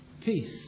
peace